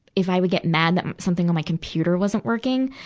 if i would get mad that something on my computer wasn't working.